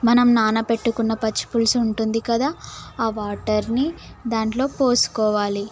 మనం నాన పెట్టుకున్న పచ్చిపులుసు ఉంటుంది కదా ఆ వాటర్ని దాంట్లో పోసుకోవాలి